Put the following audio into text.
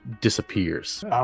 disappears